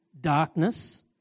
darkness